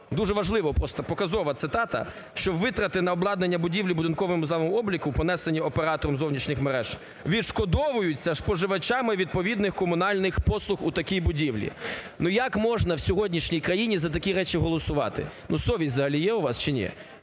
дуже важлива, просто показова цитата, що "витрати на обладнання будівлі будинковими вузлами обліку, понесені оператором зовнішніх мереж, відшкодовуються споживачами відповідних комунальних послуг у такій будівлі". Ну, як можна в сьогоднішній країні за такі речі голосувати? Ну, совість взагалі є у вас чи ні?